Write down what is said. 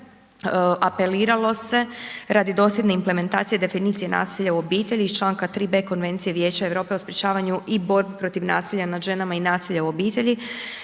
apeliralo se radi dosljedne implementacije definicije nasilja u obitelji iz članka 3.b Konvencije Vijeća Europe o sprečavanju i borbi protiv nasilja nad ženama i nasilja u obitelji,